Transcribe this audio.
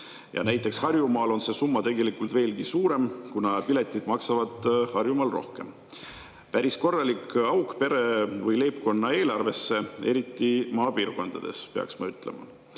Näiteks Harjumaal on see summa veelgi suurem, kuna piletid maksavad Harjumaal rohkem. Päris korralik auk pere või leibkonna eelarvesse, eriti maapiirkondades, pean ma ütlema.